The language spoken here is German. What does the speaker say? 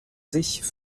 sich